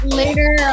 later